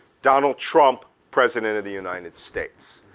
donald trump, president of the united states.